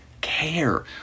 Care